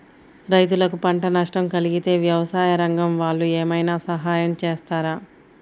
రైతులకు పంట నష్టం కలిగితే వ్యవసాయ రంగం వాళ్ళు ఏమైనా సహాయం చేస్తారా?